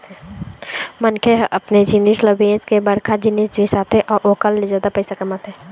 मनखे ह अपने जिनिस ल बेंच के बड़का जिनिस बिसाथे अउ ओखर ले जादा पइसा कमाथे